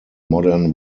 modern